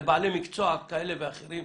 לבעלי מקצוע כאלה ואחרים.